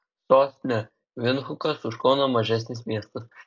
sostinė vindhukas už kauną mažesnis miestas